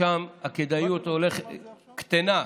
ששם הכדאיות לחברות קטנה,